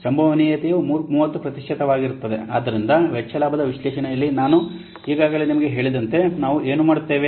ಆದ್ದರಿಂದ ವೆಚ್ಚ ಲಾಭದ ವಿಶ್ಲೇಷಣೆಯಲ್ಲಿ ನಾನು ಈಗಾಗಲೇ ನಿಮಗೆ ಹೇಳಿದಂತೆ ನಾವು ಏನು ಮಾಡುತ್ತೇವೆ